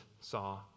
saw